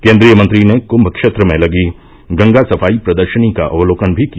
केन्द्रीय मंत्री ने क्ंम क्षेत्र में लगी गंगा सफाई प्रदर्शनी का अवलोकन भी किया